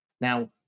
Now